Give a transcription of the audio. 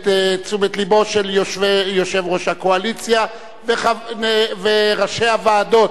את תשומת הלב של יושב-ראש הקואליציה וראשי הוועדות: